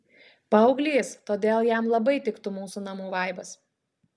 paauglys todėl jam labai tiktų mūsų namų vaibas